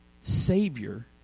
Savior